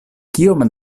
kiom